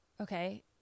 okay